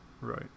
Right